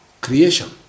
creation